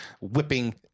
whipping